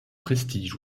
prestige